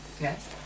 Yes